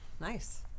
Nice